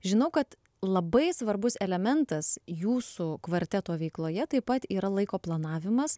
žinau kad labai svarbus elementas jūsų kvarteto veikloje taip pat yra laiko planavimas